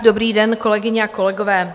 Dobrý den, kolegyně a kolegové.